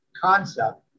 concept